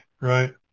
right